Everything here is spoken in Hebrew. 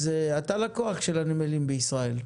אז אתה לקוח של הנמלים בישראל?